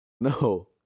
No